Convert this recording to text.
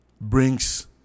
brings